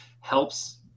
helps